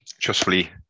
Trustfully